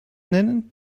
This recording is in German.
nennen